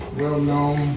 well-known